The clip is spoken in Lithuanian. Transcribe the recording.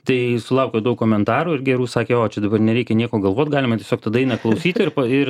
tai sulaukiau daug komentarų ir gerų sakė o čia dabar nereikia nieko galvot galima tiesiog tą dainą klausyt ir pa ir